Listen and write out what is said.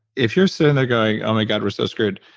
if you're sitting there going, oh my god, we're so screwed,